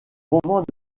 moment